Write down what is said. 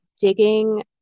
digging